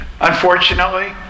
Unfortunately